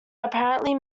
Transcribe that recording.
apparently